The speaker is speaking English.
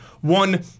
One